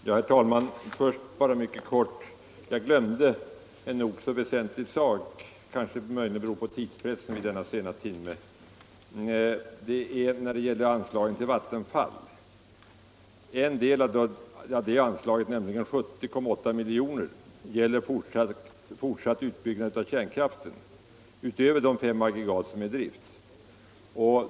Herr talman! Jag glömde en nog så väsentlig sak — det kan möjligen bero på tidspressen — när jag talade om anslaget till Vattenfall. 70,8 miljoner av det anslaget avser fortsatt utbyggnad av kärnkraften, utöver de fem aggregat som är i drift.